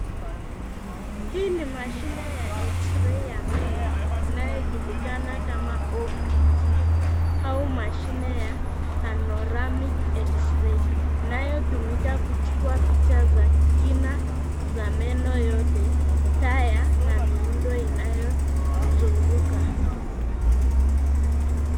Hii ni mashine ya X-ray ya meno inayojulikana kama OPG au mashine ya Ponaramic X-ray inayotumika kuchukua picha za kina za meno yote, taya na miundo inayozunguka.